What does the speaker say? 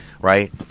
right